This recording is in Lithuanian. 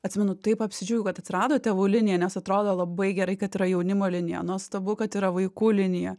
atsimenu taip apsidžiaugiau kad atsirado tėvų linija nes atrodo labai gerai kad yra jaunimo linija nuostabu kad yra vaikų linija